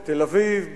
בתל-אביב,